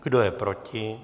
Kdo je proti?